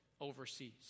overseas